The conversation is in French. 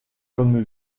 comme